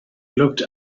looked